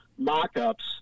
mock-ups